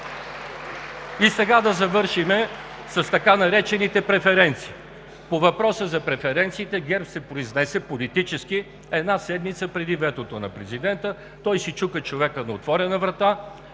Да завършим сега с така наречените „преференции“. По въпроса за преференциите ГЕРБ се произнесе политически една седмица преди ветото на президента. Той си чука човекът на отворена врата,